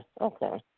Okay